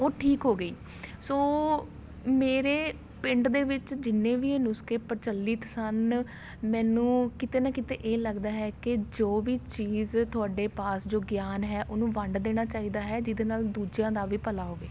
ਉਹ ਠੀਕ ਹੋ ਗਈ ਸੋ ਮੇਰੇ ਪਿੰਡ ਦੇ ਵਿੱਚ ਜਿੰਨੇ ਵੀ ਇਹ ਨੁਸਖੇ ਪ੍ਰਚਲਿਤ ਸਨ ਮੈਨੂੰ ਕਿਤੇ ਨਾ ਕਿਤੇ ਇਹ ਲੱਗਦਾ ਹੈ ਕਿ ਜੋ ਵੀ ਚੀਜ਼ ਤੁਹਾਡੇ ਪਾਸ ਜੋ ਗਿਆਨ ਹੈ ਉਹਨੂੰ ਵੰਡ ਦੇਣਾ ਚਾਹੀਦਾ ਹੈ ਜਿਹਦੇ ਨਾਲ ਦੂਜਿਆਂ ਦਾ ਵੀ ਭਲਾ ਹੋਵੇ